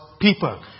people